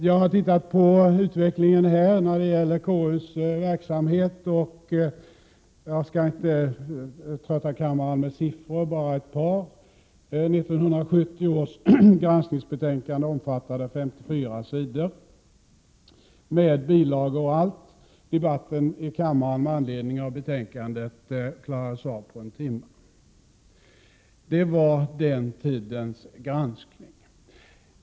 Jag har studerat utvecklingen av konstitutionsutskottets verksamhet. Jag skall inte trötta kammaren med siffror utan endast nämna att 1970 års granskningsbetänkande omfattade 54 sidor med bilagor och allt. Debatten i kammaren med anledning av betänkandet klarades av på en timme. Det var den tidens granskning.